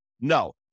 No